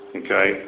okay